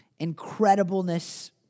incredibleness